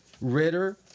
Ritter